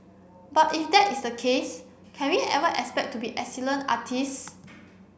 but if that is the case can we ever expect to be excellent artists